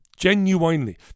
genuinely